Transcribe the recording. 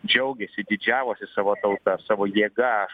džiaugėsi didžiavosi savo tauta savo jėga